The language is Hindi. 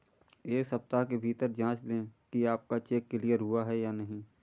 एक सप्ताह के भीतर जांच लें कि आपका चेक क्लियर हुआ है या नहीं